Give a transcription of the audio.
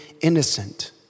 innocent